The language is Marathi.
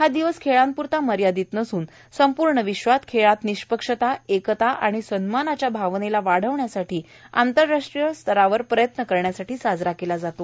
हा दिवस केवळ खेळांपुरता मर्यादित नसून संपूर्ण विश्वात खेळात निष्पक्षता एकता आणि सन्मानाच्या भावनेला वाढवण्यासाठी आंतरराष्ट्रीय स्तरावर या दिवशी प्रयत्न केले जातात